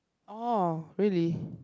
orh really